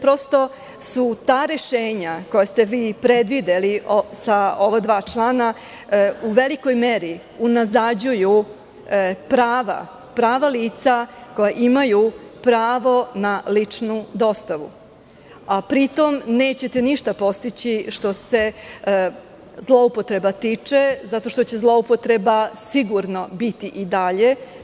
Prosto, ta rešenja koja ste vi predvideli sa ova dva člana u velikoj meri unazađuju prava lica koja imaju pravo na ličnu dostavu, a pri tom nećete ništa postići što se zloupotreba tiče, zato što će zloupotreba sigurno biti i dalje.